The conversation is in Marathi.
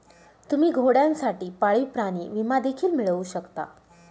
तुम्ही घोड्यांसाठी पाळीव प्राणी विमा देखील मिळवू शकता